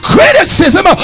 Criticism